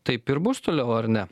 taip ir bus toliau ar ne